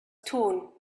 torn